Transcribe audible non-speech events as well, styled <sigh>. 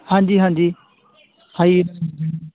ਹਾਂਜੀ ਹਾਂਜੀ <unintelligible>